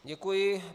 Děkuji.